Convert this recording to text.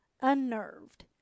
unnerved